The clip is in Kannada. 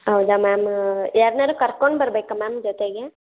ಹೌದಾ ಮ್ಯಾಮ್ ಯಾರ್ನಾದ್ರು ಕರ್ಕೊಂಡು ಬರಬೇಕಾ ಮ್ಯಾಮ್ ಜೊತೆಗೆ